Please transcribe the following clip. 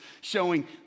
showing